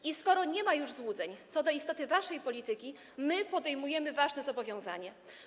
I skoro nie ma już złudzeń co do istoty waszej polityki, my podejmujemy ważne zobowiązanie.